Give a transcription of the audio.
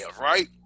right